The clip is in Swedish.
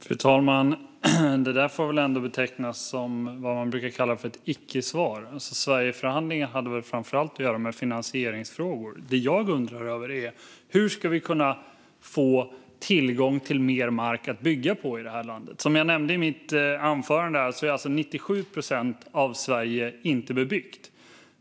Fru talman! Det där får väl ändå betecknas som vad man brukar kalla för ett ickesvar. Sverigeförhandlingen hade väl framför allt att göra med finansieringsfrågor. Det jag undrar över är: Hur ska vi kunna få tillgång till mer mark att bygga på i det här landet? Som jag nämnde i mitt anförande är 97 procent av Sverige inte bebyggt.